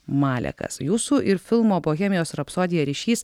malekas jūsų ir filmo bohemijos rapsodija ryšys